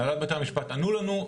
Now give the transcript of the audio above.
הנהלת בתי המשפט ענו לנו,